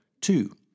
Two